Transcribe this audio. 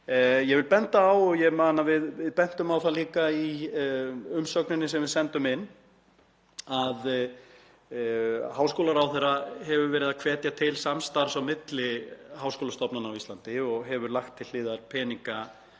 Ég vil benda á — ég man að við bentum á það líka í umsögninni sem við sendum inn — að háskólaráðherra hefur verið að hvetja til samstarfs á milli háskólastofnana á Íslandi og hefur lagt til hliðar peninga